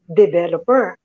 developer